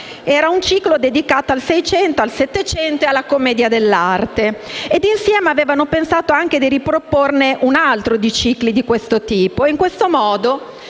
Era un ciclo dedicato al Seicento, al Settecento e alla commedia dell'arte, e insieme avevano pensato di riproporne un altro. In tal modo,